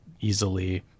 easily